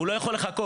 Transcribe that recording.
לא יכול לחכות.